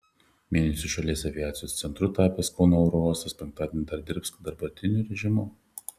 mėnesiui šalies aviacijos centru tapęs kauno oro uostas penktadienį dar dirbs dabartiniu režimu